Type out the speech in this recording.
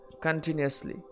continuously